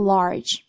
Large